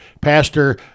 Pastor